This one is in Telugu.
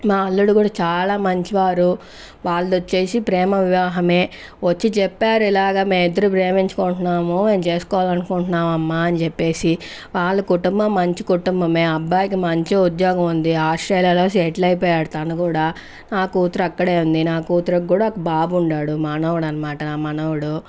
మా అల్లుడు కూడా చాలా మంచివారు వాళ్ళొచ్చేసి ప్రేమ వివాహమే వచ్చి చెప్పారు ఇలాగా మేమిద్దరం ప్రేమించుకుంటున్నాము మేం చేసుకోవాలనుకుంటున్నాము అమ్మా అని చెప్పేసి వాళ్ల కుటుంబం మంచి కుటుంబమే అబ్బాయికి మంచి ఉద్యోగముంది ఆస్ట్రేలియాలో సెటిల్ అయిపోయాడు తనకూడా నా కూతురు అక్కడే ఉంది నా కుతురికి కూడ ఒక బాబు ఉన్నాడు మనవడు అనమాట నా మనవడు